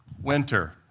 winter